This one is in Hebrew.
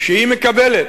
שהיא מקבלת